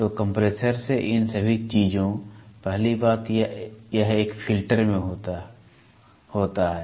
तो कंप्रेसर से इन सभी चीजों पहली बात यह एक फिल्टर में हो जाता है